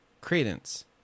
Credence